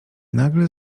nagle